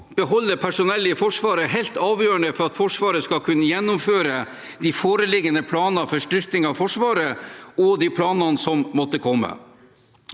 beholde personell i Forsvaret er helt avgjørende for at Forsvaret skal kunne gjennomføre de foreliggende planer for styrking av Forsvaret og de planene som måtte komme.